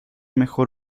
mejor